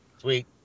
Sweet